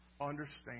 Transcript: understand